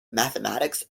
mathematics